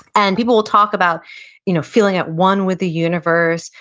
and people will talk about you know feeling at one with the universe,